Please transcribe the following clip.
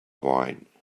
wine